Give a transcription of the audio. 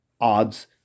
odds